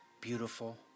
Beautiful